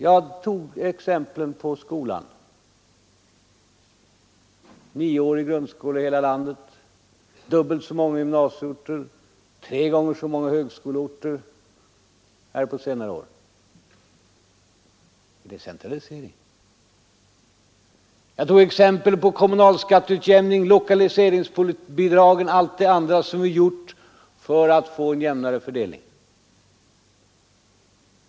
Jag tog exempel från skolan: 9-årig grundskola i hela landet, dubbelt så många gymnasieorter och tre gånger så många högskoleorter på sc "are år. Är det centralisering? Jag tog vidare som exempel kommunalskatteutjämningen, lokaliseringsbidragen och allt det andra som vi gjort för att få en jämnare fördelning.